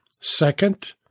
Second